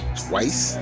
twice